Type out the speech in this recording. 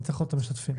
בבקשה.